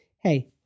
Hey